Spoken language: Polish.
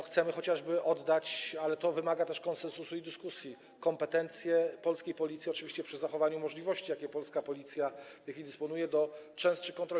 Chcemy chociażby oddać - ale to wymaga też konsensusu i dyskusji - kompetencje polskiej Policji, oczywiście przy zachowaniu możliwości, jakimi polska Policja w tej chwili dysponuje, do częstszych kontroli.